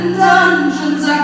dungeons